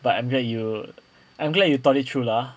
but I'm glad you I'm glad you thought it through lah !huh!